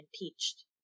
impeached